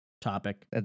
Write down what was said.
topic